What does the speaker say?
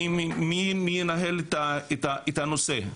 מי ינהל את הנושא?